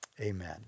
Amen